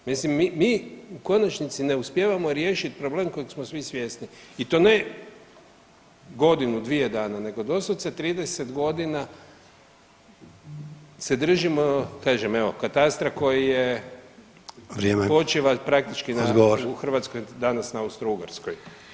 Mislim mi u konačnici ne uspijevamo riješit problem kojeg smo svi svjesni i to ne godinu, dvije dana nego doslovce 30 godina se držimo kažem evo katastra koji je [[Upadica: Vrijeme.]] počiva praktički na, u Hrvatskoj danas na Austrougarskoj.